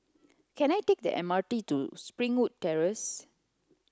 can I take the M R T to Springwood Terrace